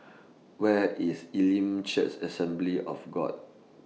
Where IS Elim Church Assembly of God